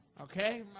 Okay